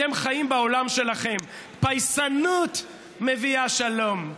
אתם חיים בעולם שלכם: פייסנות מביאה שלום,